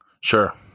Sure